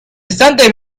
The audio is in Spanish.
estante